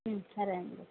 సరే అండి